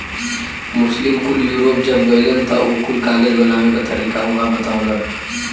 मुस्लिम कुल यूरोप जब गइलन त उ कुल कागज बनावे क तरीका उहाँ बतवलन